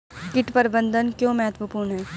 कीट प्रबंधन क्यों महत्वपूर्ण है?